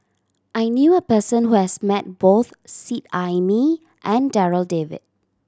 I knew a person who has met both Seet Ai Mee and Darryl David